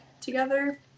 together